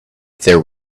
there